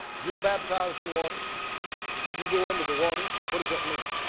you're baptized in water and you go under the water, what does that mean?